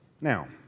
Now